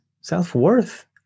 self-worth